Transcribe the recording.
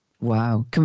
wow